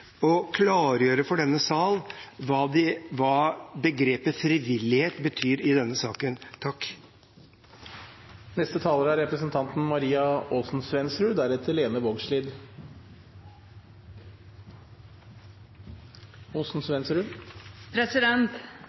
å klargjøre for denne sal hva begrepet «frivillighet» betyr i denne saken.